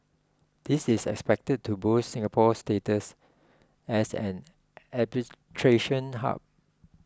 this is expected to boost Singapore's status as an arbitration hub